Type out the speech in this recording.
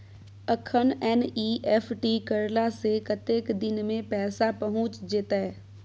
अखन एन.ई.एफ.टी करला से कतेक दिन में पैसा पहुँच जेतै?